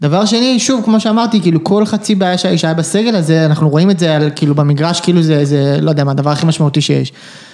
דבר שני, שוב, כמו שאמרתי כאילו, כל חצי בעיה שהי-שהיה בסגל הזה, אנחנו רואים את זה על-כאילו במגרש כאילו, זה-זה, לא יודע מה, הדבר הכי משמעותי שיש.